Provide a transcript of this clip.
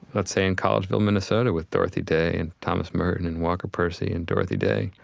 let's say in collegeville, minnesota, with dorothy day and thomas merton, and walker percy, and dorothy day,